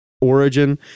origin